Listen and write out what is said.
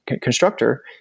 constructor